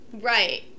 Right